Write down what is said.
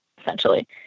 essentially